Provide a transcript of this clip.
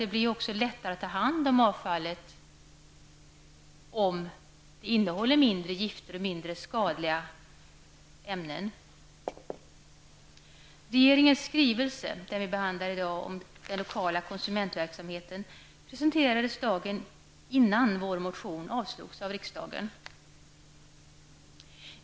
Det blir ju lättare att ta hand om avfallet om detta inte innehåller så många gifter och skadliga ämnen. Regeringens skrivelse, som vi behandlar i dag och som gäller den lokala konsumentverksamheten, presenterades dagen innan vår motion avslogs av riksdagen.